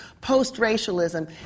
post-racialism